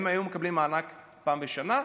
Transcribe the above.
הם היו מקבלים מענק פעם בשנה,